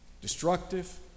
destructive